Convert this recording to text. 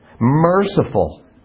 merciful